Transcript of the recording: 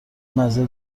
مزه